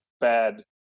bad